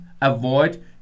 avoid